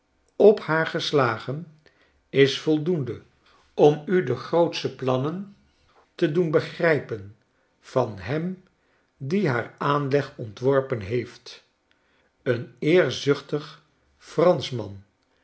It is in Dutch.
op haar geslagen is voldoende om u de grootsche plannen te doen begrijpn van hem die haar aanleg ontworpen heeft een eerzuchtig franschman